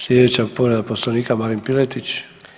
Slijedeća povreda Poslovnika, Marin Piletić.